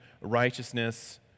righteousness